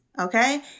okay